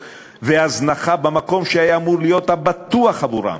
והזנחה במקום שהיה אמור להיות הבטוח עבורם,